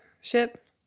ship